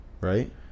right